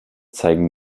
zeigen